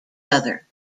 other